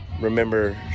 remember